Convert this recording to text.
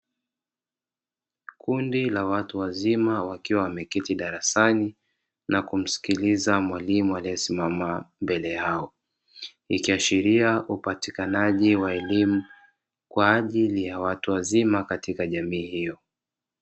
Kundi la watu wazima wakiwa wameketi darasani na kumsikiliza mwalimu aliye simama mbele yao, ikiashiria upatikanaji wa elimu kwa ajili ya watu wazima katika jamii hiyo.